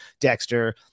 Dexter